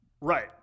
Right